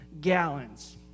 gallons